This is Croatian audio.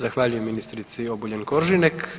Zahvaljujem ministrici Obuljen Koržinek.